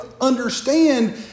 understand